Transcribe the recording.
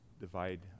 divide